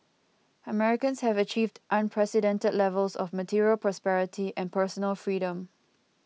Americans have achieved unprecedented levels of material prosperity and personal freedom